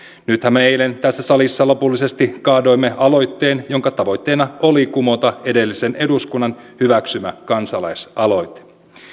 nythän me eilen tässä salissa lopullisesti kaadoimme aloitteen jonka tavoitteena oli kumota edellisen eduskunnan hyväksymä kansalaisaloite